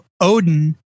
Odin